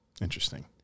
Interesting